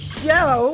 show